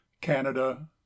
canada